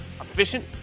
efficient